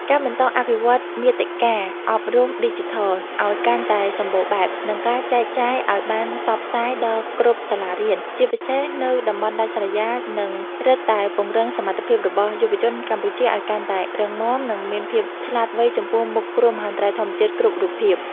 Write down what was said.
ការបន្តអភិវឌ្ឍមាតិកាអប់រំឌីជីថលឱ្យកាន់តែសម្បូរបែប និងការចែកចាយឱ្យបានសព្វសាយដល់គ្រប់សាលារៀន ជាពិសេសនៅតំបន់ដាច់ស្រយាល នឹងរឹតតែពង្រឹងសមត្ថភាពរបស់យុវជនកម្ពុជាឱ្យកាន់តែរឹងមាំ និងមានភាពឆ្លាតវៃចំពោះមុខគ្រោះមហន្តរាយធម្មជាតិគ្រប់រូបភាព។